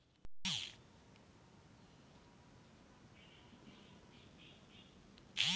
UPI এর মাধ্যমে payment কতটা সুরক্ষিত?